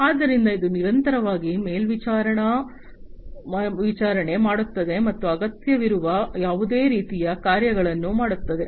ಆದ್ದರಿಂದ ಇದು ನಿರಂತರವಾಗಿ ಮೇಲ್ವಿಚಾರಣೆ ಮಾಡುತ್ತದೆ ಮತ್ತು ಅಗತ್ಯವಿರುವ ಯಾವುದೇ ರೀತಿಯ ಕಾರ್ಯಗಳನ್ನು ಮಾಡುತ್ತದೆ